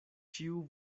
ĉiu